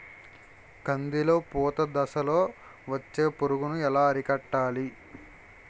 కందిలో పూత దశలో వచ్చే పురుగును ఎలా అరికట్టాలి?